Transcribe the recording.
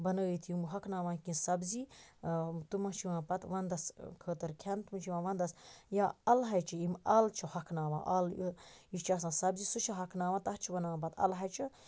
بَنٲوِتھ یِم ہۄکھناونہٕ یِم سبزی تِمن چھِ یِوان پَتہٕ وَندَس خٲطرٕ کھیٚنہٕ تِم چھِ یِوان وَندَس یا اَلہٕ ہَچہِ یِم اَل چھِ ہۄکھناونہٕ اَل یہِ چھِ آسان سبزی سُہ چھِ ہۄکھناونہٕ تتھ چھِ بَناوان پَتہٕ اَلہٕ ہَچہِ